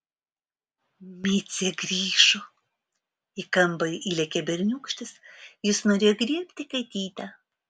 micė grįžo į kambarį įlėkė berniūkštis jis norėjo griebti katytę